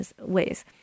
ways